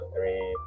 three